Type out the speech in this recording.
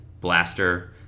blaster